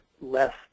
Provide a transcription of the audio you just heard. less